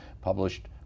Published